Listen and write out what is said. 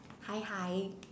hi hi